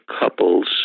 couples